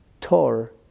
Tor